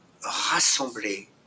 rassembler